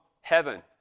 heaven